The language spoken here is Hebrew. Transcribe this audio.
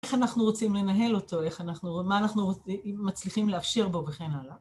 איך אנחנו רוצים לנהל אותו, מה אנחנו מצליחים לאפשר בו וכן הלאה.